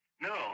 No